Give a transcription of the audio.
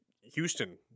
Houston